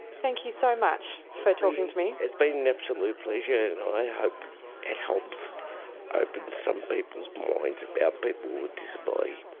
thank you so much for talking to me. it's been an absolute pleasure and i hope it helps open some people's minds about people with disability.